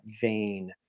vein